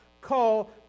call